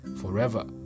forever